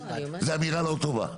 זו אמירה לא טובה.